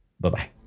Bye-bye